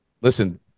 listen